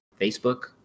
Facebook